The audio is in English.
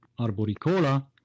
arboricola